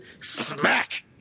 Smack